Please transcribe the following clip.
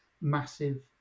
massive